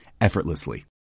effortlessly